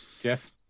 Jeff